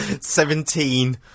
Seventeen